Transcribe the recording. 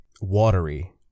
watery